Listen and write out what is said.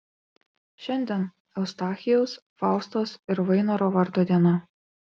šiandien eustachijaus faustos ir vainoro vardo diena